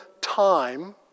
time